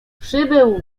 przybył